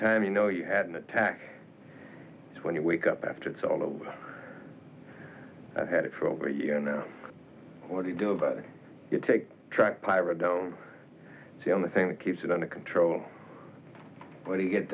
time you know you had an attack is when you wake up after it's all over i've had it for over a year now what do you do about it take track pirate the only thing that keeps it under control when you get